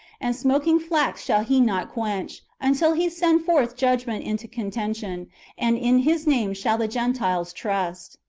and smoking flax shall he not quench, until he send forth judgment into contention and in his name shall the gentiles trust.